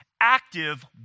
active